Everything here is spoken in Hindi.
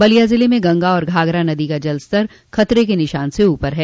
बलिया जिले में गंगा और घाघरा नदियों का जलस्तर खतरे के निशान के ऊपर है